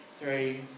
three